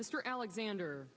mr alexander